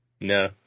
No